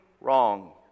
wrong